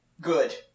good